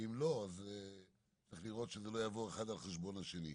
אם לא אז צריך לראות שזה לא יבוא האחד על חשבון השני.